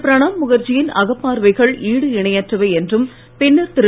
பிரணாப் முகர்ஜியின் அகப்பார்வைகள் ஈடு இணையற்றவை என்றும் பின்னர் திரு